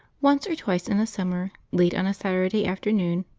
once or twice in a summer, late on a saturday afternoon,